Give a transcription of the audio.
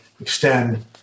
extend